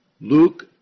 Luke